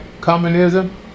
communism